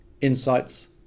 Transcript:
insights